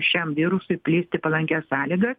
šiam virusui plisti palankias sąlygas